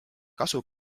kasu